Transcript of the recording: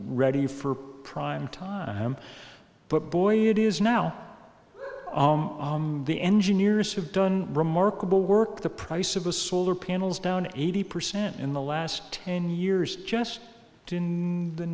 ready for prime time but boy it is now the engineers have done remarkable work the price of a solar panels down eighty percent in the last ten years just to the